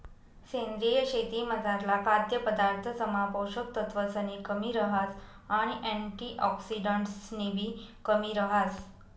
सेंद्रीय शेतीमझारला खाद्यपदार्थसमा पोषक तत्वसनी कमी रहास आणि अँटिऑक्सिडंट्सनीबी कमी रहास